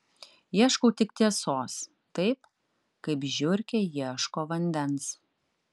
ieškau tik tiesos taip kaip žiurkė ieško vandens